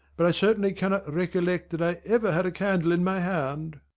but i certainly cannot recollect that i ever had a candle in my hand.